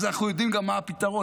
אז אנחנו יודעים גם מה הפתרון.